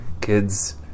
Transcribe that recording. kids